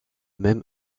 même